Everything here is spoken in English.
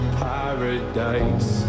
paradise